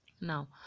Now